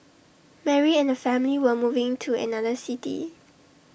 Mary and her family were moving to another city